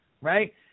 right